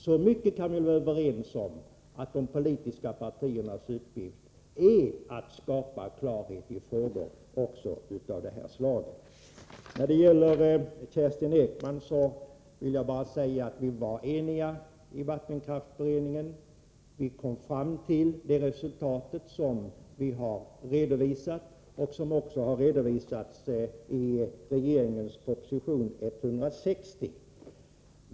Så mycket kan vi vara överens om att de politiska partiernas uppgift är att skapa klarhet även i frågor av detta slag. Till Kerstin Ekman vill jag bara säga att vi var eniga i vattenkraftsberedningen. Vi kom fram till det resultat som vi har redovisat, och som även har redovisats i regeringens proposition 160.